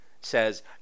Says